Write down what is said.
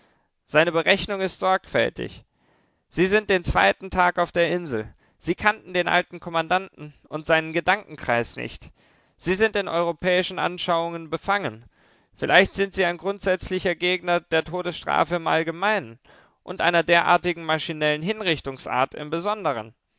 seine berechnung ist sorgfältig sie sind den zweiten tag auf der insel sie kannten den alten kommandanten und seinen gedankenkreis nicht sie sind in europäischen anschauungen befangen vielleicht sind sie ein grundsätzlicher gegner der todesstrafe im allgemeinen und einer derartigen maschinellen hinrichtungsart im besonderen